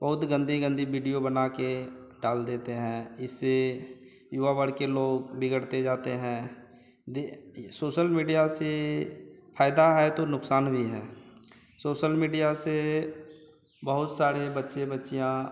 बहुत गंदी गंदी विडियो बनाकर डाल देते हैं इससे युवा वर्ग के लोग बिगड़ते जाते हैं द सोसल मीडिया से फ़ायदा है तो नुक़सान भी है सोसल मीडिया से बहुत सारे बच्चे बच्चियाँ